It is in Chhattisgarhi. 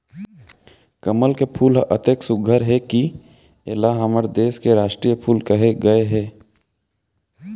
कमल के फूल ह अतेक सुग्घर हे कि एला हमर देस के रास्टीय फूल कहे गए हे